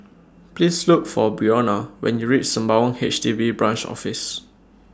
Please Look For Brionna when YOU REACH Sembawang H D B Branch Office